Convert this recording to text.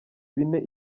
bine